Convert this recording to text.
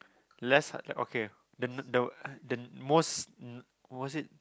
let's uh okay th~ the most mm was it